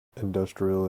industrial